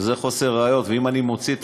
שזה חוסר ראיות, ואם אני מוציא את